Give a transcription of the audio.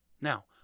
Now